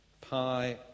pi